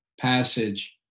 passage